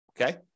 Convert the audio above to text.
okay